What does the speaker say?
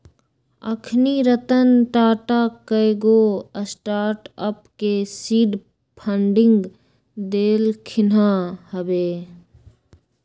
अखनी रतन टाटा कयगो स्टार्टअप के सीड फंडिंग देलखिन्ह हबे